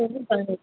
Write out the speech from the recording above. painting contract